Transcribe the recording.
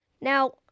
Now